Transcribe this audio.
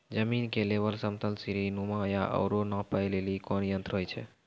जमीन के लेवल समतल सीढी नुमा या औरो नापै लेली कोन यंत्र होय छै?